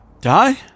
Die